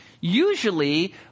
Usually